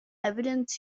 evidence